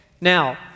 Now